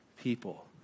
people